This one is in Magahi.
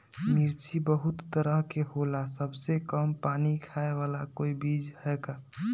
मिर्ची बहुत तरह के होला सबसे कम पानी खाए वाला कोई बीज है का?